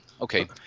okay